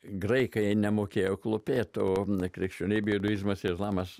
graikai nemokėjo klūpėt krikščionybė induizmas islamas